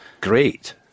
Great